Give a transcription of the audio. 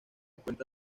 cuenta